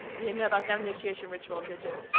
you didn't know about that initiation ritual did you